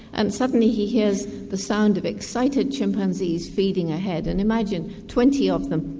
and suddenly he hears the sound of excited chimpanzees feeding ahead. and imagine twenty of them,